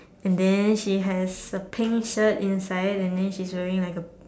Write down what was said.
and then she has a pink shirt inside and then she is wearing like A